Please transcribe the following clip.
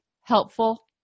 helpful